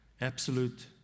absolute